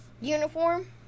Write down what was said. uniform